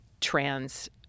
trans